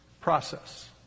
process